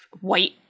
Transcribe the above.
white